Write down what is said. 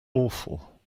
awful